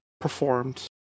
performed